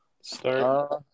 start